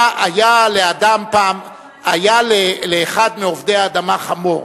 היה לאחד מעובדי האדמה חמור.